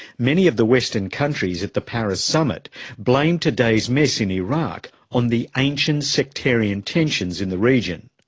many of the western countries at the paris summit blame today's mess in iraq on the ancient sectarian tensions in the region,